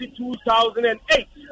2008